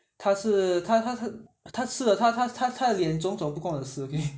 他是他他他他吃了他他他吃了脸肿肿不关我的事